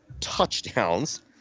touchdowns